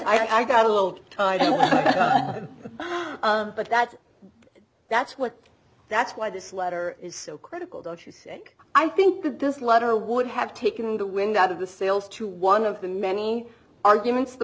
day i got a little tired he was but that's that's what that's why this letter is so critical don't you sick i think that this letter would have taken the wind out of the sails to one of the many arguments the